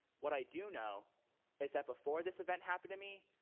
what i do know is that before this event happened to me,